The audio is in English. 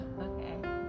Okay